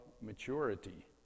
maturity